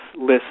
list